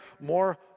more